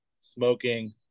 smoking